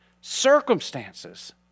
circumstances